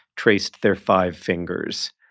traced their five fingers.